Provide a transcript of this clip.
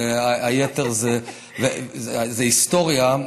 והיתר זה היסטוריה.